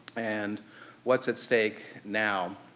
and what's at stake now?